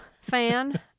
fan